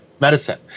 medicine